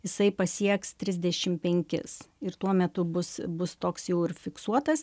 jisai pasieks trisdešim penkis ir tuo metu bus bus toks jau ir fiksuotas